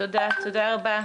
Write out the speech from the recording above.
תודה רבה.